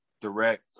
direct